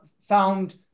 found